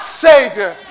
savior